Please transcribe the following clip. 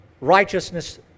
righteousness